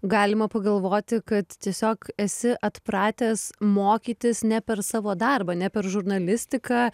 galima pagalvoti kad tiesiog esi atpratęs mokytis ne per savo darbą ne per žurnalistiką